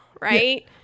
Right